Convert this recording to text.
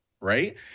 right